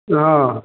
हाँ